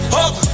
up